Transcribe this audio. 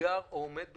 האתגר העומד בפניה,